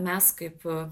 mes kaip